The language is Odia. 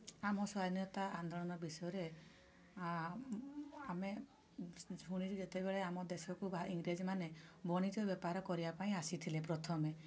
ଆମ ସ୍ୱାଧିନତା ଆନ୍ଦୋଳନ ବିଷୟରେ ଆମେ ଶୁଣିଛୁ ଯେତେବେଳେ ଆମ ଦେଶକୁ ଇଂରେଜମାନେ ବଣିଜ ବେପାର କରିବା ପାଇଁ ଆସିଥିଲେ ପ୍ରଥମେ